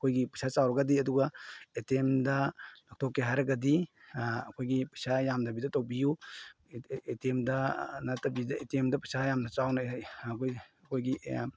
ꯑꯩꯈꯣꯏꯒꯤ ꯄꯩꯁꯥ ꯆꯥꯎꯔꯒꯗꯤ ꯑꯗꯨꯒ ꯑꯦ ꯇꯤ ꯑꯦꯝꯗ ꯂꯧꯊꯣꯛꯀꯦ ꯍꯥꯏꯔꯒꯗꯤ ꯑꯩꯈꯣꯏꯒꯤ ꯄꯩꯁꯥ ꯌꯥꯝꯗꯕꯤꯗ ꯇꯧꯕꯤꯎ ꯑꯦ ꯇꯤ ꯑꯦꯝꯗ ꯅꯠꯇꯕꯤꯗ ꯑꯦ ꯇꯤ ꯑꯦꯝꯗ ꯄꯩꯁꯥ ꯌꯥꯝꯅ ꯆꯥꯎꯅ ꯑꯩꯈꯣꯏꯒꯤ